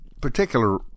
particular